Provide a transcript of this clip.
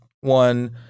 one